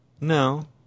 No